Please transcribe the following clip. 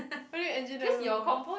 what do you mean engine the convo